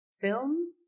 films